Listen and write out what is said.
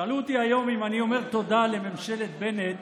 שאלו אותי היום אם אני אומר תודה לממשלת בנט